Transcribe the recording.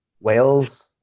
Wales